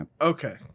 Okay